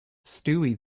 stewie